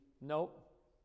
nope